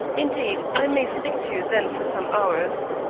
indeed, i may stick to you then for some hours.